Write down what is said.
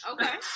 Okay